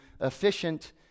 efficient